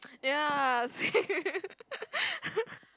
ya same